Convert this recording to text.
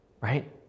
Right